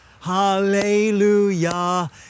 hallelujah